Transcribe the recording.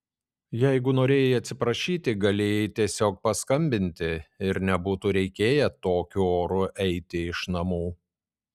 jeigu norėjai atsiprašyti galėjai tiesiog paskambinti ir nebūtų reikėję tokiu oru eiti iš namų